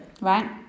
right